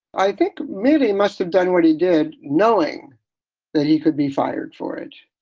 i think mary must have done what he did, knowing that he could be fired for it.